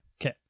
Okay